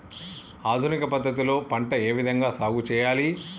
ఆధునిక పద్ధతి లో పంట ఏ విధంగా సాగు చేయాలి?